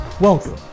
Welcome